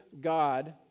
God